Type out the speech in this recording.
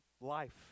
life